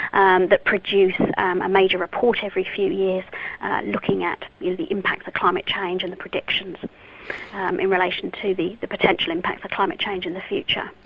um that produce a major report every few years looking at you know the impacts of climate change and the predictions in relation to the the potential impacts of climate change in the future.